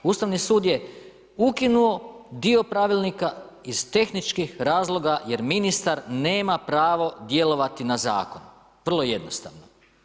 Ustani sud je ukinuo dio pravilnika iz tehničkih razloga jer ministar nema pravo djelovati na zakon, vrlo jednostavno.